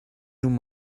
nun